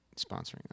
sponsoring